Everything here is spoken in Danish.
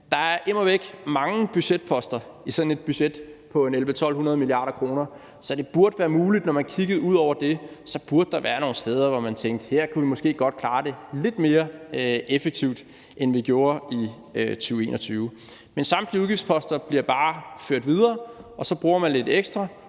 Der er immer væk mange budgetposter i sådan et budget på 1.100-1.200 mia. kr., så det burde være muligt; når man kiggede ud over det, burde der være nogle steder, hvor man tænkte, at her kunne vi måske godt klare det lidt mere effektivt, end vi gjorde i 2021. Men samtlige udgiftsposter bliver bare ført videre, og så bruger man lidt ekstra,